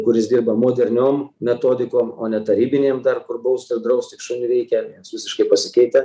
kuris dirba moderniom metodikom o ne tarybinėm dar kur baust ir draust tik šunį reikia jos visiškai pasikeitę